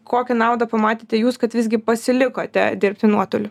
kokią naudą pamatėte jūs kad visgi pasilikote dirbti nuotoliu